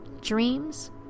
dreams